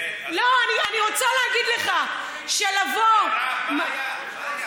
אני רוצה להגיד לך שלבוא, מירב, מה היה?